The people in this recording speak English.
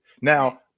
Now